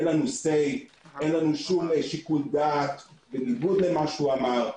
אין לנו סיי או שום שיקול דעת, בניגוד למה שאמר.